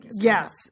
Yes